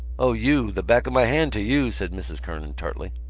o, you! the back of my hand to you! said mrs. kernan tartly.